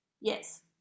yes